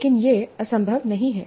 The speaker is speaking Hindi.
लेकिन यह असंभव नहीं है